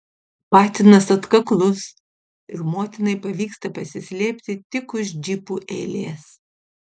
patinas atkaklus ir motinai pavyksta pasislėpti tik už džipų eilės